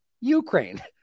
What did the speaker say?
Ukraine